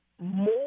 more